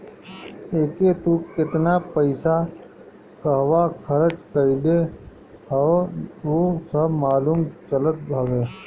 एके तू केतना पईसा कहंवा खरच कईले हवअ उ सब मालूम चलत हवे